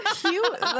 cute